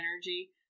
energy